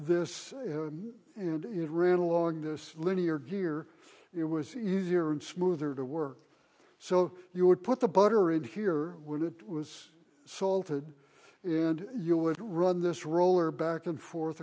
and it ran along this linear gear it was easier and smoother to work so you would put the butter in here when it was salted and you would run this roller back and forth